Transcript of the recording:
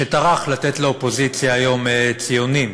שטרח לתת לאופוזיציה היום ציונים.